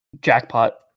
jackpot